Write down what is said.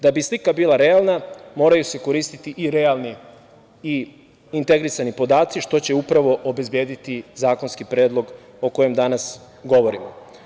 Da bi slika bila realna moraju se koristiti i realni i integrisani podaci, što će upravo obezbediti zakonski predlog o kojem danas govorimo.